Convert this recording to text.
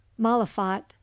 malafat